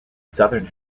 southern